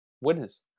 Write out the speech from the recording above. winners